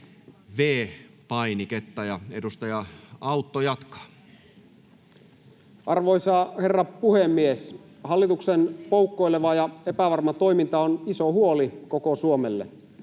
V-painiketta. — Edustaja Autto jatkaa. Arvoisa herra puhemies! Hallituksen poukkoileva ja epävarma toiminta on iso huoli koko Suomelle.